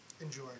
enjoy